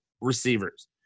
receivers